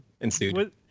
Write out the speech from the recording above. ensued